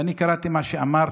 ואני קראתי מה שאמרת,